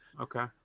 okay